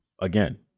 again